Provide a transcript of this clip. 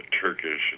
Turkish